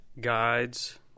guides